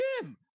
Jim